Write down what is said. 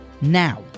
now